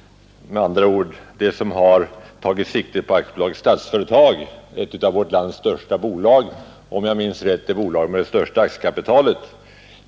— med andra ord det som har tagit sikte på AB Statsföretag, ett av vårt lands största bolag, och om jag minns rätt, det bolag som har det största aktiekapitalet.